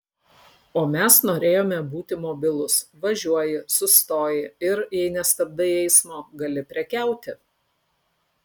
o mes norėjome būti mobilūs važiuoji sustoji ir jei nestabdai eismo gali prekiauti